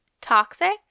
Toxic